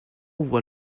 ouvre